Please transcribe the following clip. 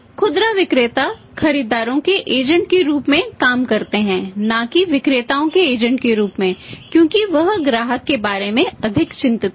खुदरा विक्रेता खरीदारों के एजेंट के रूप में क्योंकि वह ग्राहक के बारे में अधिक चिंतित है